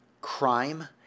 crime